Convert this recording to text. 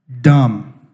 dumb